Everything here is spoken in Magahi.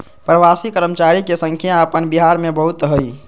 प्रवासी कर्मचारी के संख्या अपन बिहार में बहुत हइ